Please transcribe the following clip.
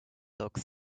looks